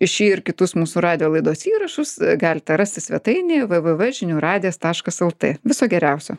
šį ir kitus mūsų radijo laidos įrašus galite rasti svetainėje vė vė vė žinių radijas taškas el tė viso geriausio